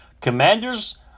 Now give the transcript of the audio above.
Commanders